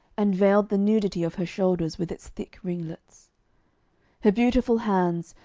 and veiled the nudity of her shoulders with its thick ringlets her beautiful hands,